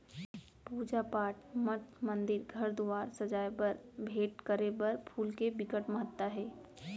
पूजा पाठ, मठ मंदिर, घर दुवार सजाए बर, भेंट करे बर फूल के बिकट महत्ता हे